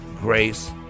grace